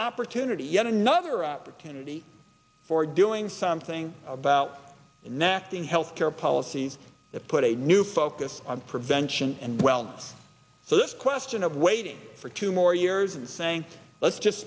opportunity yet another opportunity for doing something about nasty health care policies that put a new focus on prevention and wellness so this question of waiting for two more years and saying let's just